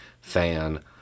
fan